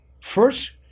First